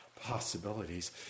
possibilities